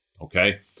okay